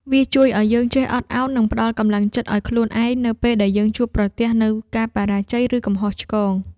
វាជួយឱ្យយើងចេះអត់ឱន និងផ្ដល់កម្លាំងចិត្តឱ្យខ្លួនឯង នៅពេលដែលយើងជួបប្រទះនូវការបរាជ័យ ឬកំហុសឆ្គង។